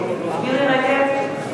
נגד מירי רגב,